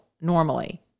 normally